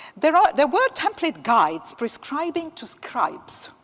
there ah there were template guides prescribing to scribes,